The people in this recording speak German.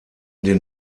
den